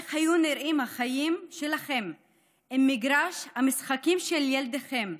איך היו נראים החיים שלכם אם מגרש המשחקים של ילדיכם,